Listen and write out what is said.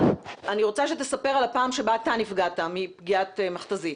אני רוצה שתספר על הפעם שאתה נפגעת מפגיעת מכת"זית.